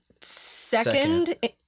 second